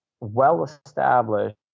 well-established